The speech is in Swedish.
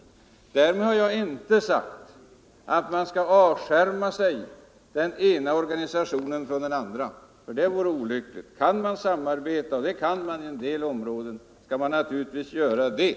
Därmed har jag inte sagt att den ena organisationen skall avskärma Nr 120 sig från den andra. Det vore olyckligt. Kan man samarbeta —- och det Onsdagen den kan man på en del områden — skall man naturligtvis göra det.